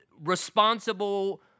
Responsible